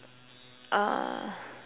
uh